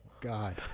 God